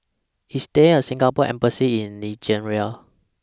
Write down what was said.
IS There A Singapore Embassy in Nigeria